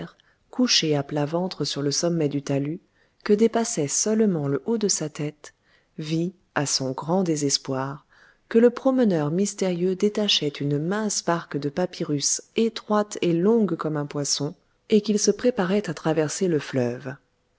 couchée à plat ventre sur le sommet du talus que dépassait seulement le haut de sa tête vit à son grand désespoir que le promeneur mystérieux détachait une mince barque de papyrus étroite et longue comme un poisson et qu'il se préparait à traverser le fleuve